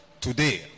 today